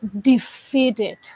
defeated